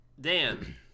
Dan